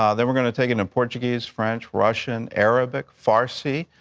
um then we're going to take it to portuguese, french, russian, arabic, farsi,